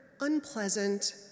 unpleasant